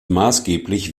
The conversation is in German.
maßgeblich